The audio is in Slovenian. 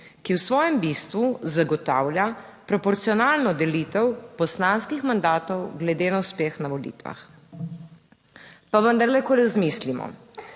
ki v svojem bistvu zagotavlja proporcionalno delitev poslanskih mandatov glede na uspeh na volitvah. Pa vendarle, ko razmislimo,